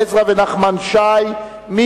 וקבוצת חד"ש מציעים: במקום פסקה (3).